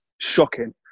shocking